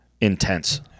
intense